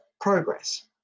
progress